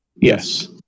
Yes